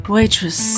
Waitress